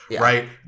right